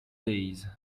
days